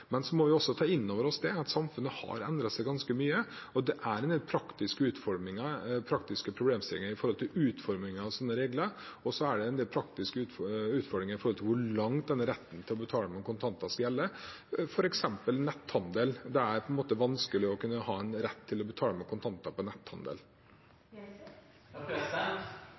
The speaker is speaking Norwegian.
Men vi må også ta inn over oss at samfunnet har endret seg ganske mye. Det er en del praktiske problemstillinger ved utformingen av slike regler, og det er en del praktiske utfordringer med hvor langt denne retten til å betale med kontanter skal gjelde, f.eks. netthandel. Det er på en måte vanskelig å skulle ha en rett til å kunne betale med kontanter på